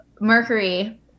Mercury